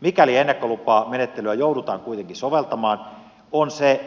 mikäli ennakkolupamenettelyä joudutaan kuitenkin soveltamaan on se